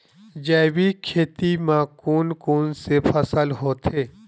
जैविक खेती म कोन कोन से फसल होथे?